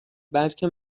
بلکه